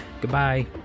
Goodbye